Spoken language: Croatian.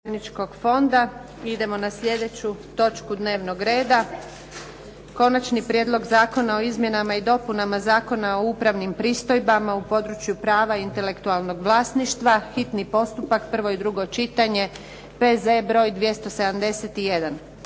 Idemo na sljedeću točku dnevnog reda - Konačni prijedlog Zakona o izmjenama i dopunama Zakona o upravnim pristojbama u području prava intelektualnog vlasništva, hitni postupka, prvo i drugo čitanje, P.Z. br. 271